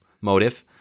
motive